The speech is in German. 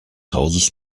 hauses